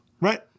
right